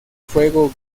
fuego